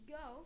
go